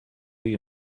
you